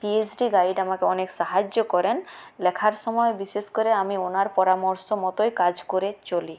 PhD guide আমাকে অনেক সাহায্য করেন লেখার সময়ে বিশেষ করে আমি ওনার পরামর্শ মতোই কাজ করে চলি